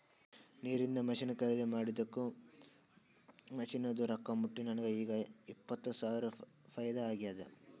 ನೀರಿಂದ್ ಮಷಿನ್ ಖರ್ದಿ ಮಾಡಿದ್ದುಕ್ ಮಷಿನ್ದು ರೊಕ್ಕಾ ಮುಟ್ಟಿ ನನಗ ಈಗ್ ಇಪ್ಪತ್ ಸಾವಿರ ಫೈದಾ ಆಗ್ಯಾದ್